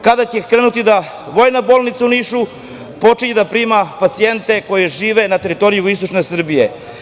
Kada će krenuti da Vojna bolnica u Nišu počinje da prima pacijente koji žive na teritoriji Jugoistočne Srbije.